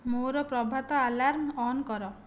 ମୋର ପ୍ରଭାତ alarm on କର